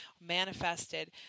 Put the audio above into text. manifested